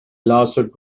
lawsuit